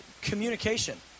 communication